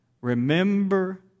remember